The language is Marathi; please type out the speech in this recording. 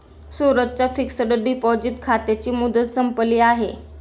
सूरजच्या फिक्सड डिपॉझिट खात्याची मुदत संपली आहे